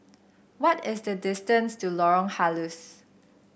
what is the distance to Lorong Halus